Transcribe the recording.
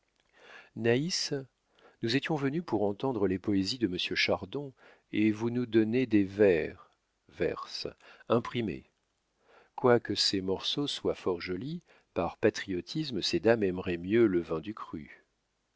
naïs nous étions venues pour entendre les poésies de monsieur chardon et vous nous donnez des vers verse imprimés quoique ces morceaux soient fort jolis par patriotisme ces dames aimeraient mieux le vin du cru